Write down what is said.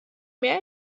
mehr